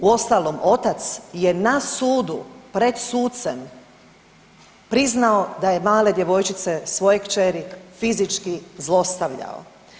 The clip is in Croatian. Uostalom, otac je na sudu, pred sucem priznao da je male djevojčice, svoje kćeri fizički zlostavljao.